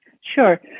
Sure